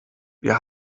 wir